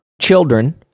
children